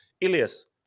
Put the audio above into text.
Ilias